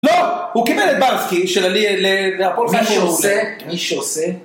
לא, הוא קיבל את בנסקי מי שעושה.